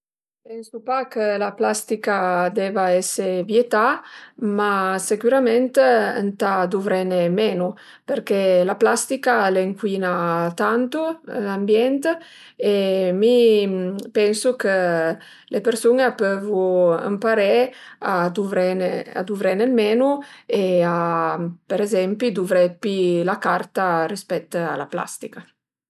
Pensu pa chë la plastica a deva esi vietà, ma sicürament ëntà duvrene menu përché la plastica al ëncuina tantu l'ambient e mi pensu chë le persun-e pövu ëmparé a duvrene dë menu e a per ezempi duvré pi la carta respet a la plastica